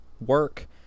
work